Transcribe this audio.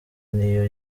niyo